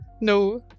no